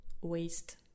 waste